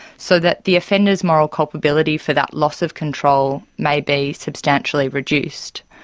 so that the offender's moral culpability for that loss of control may be substantially reduced.